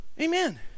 amen